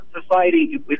society